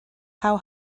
how